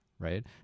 right